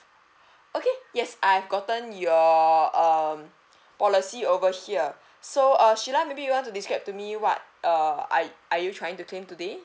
okay yes I've gotten your um policy over here so uh sheila maybe you want to describe to me what uh are are you trying to claim today